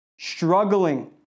Struggling